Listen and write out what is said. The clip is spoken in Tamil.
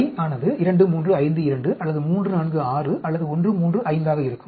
I ஆனது 2352 அல்லது 346 அல்லது 135 ஆக இருக்கும்